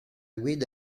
guida